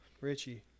Richie